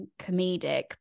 comedic